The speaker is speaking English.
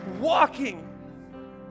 walking